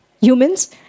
humans